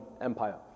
Empire